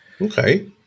Okay